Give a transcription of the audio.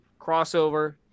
crossover